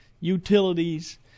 utilities